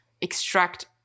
extract